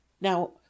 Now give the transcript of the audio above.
now